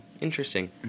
Interesting